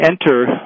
enter